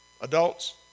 Adults